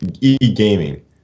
e-gaming